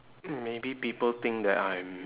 mm maybe people think that I'm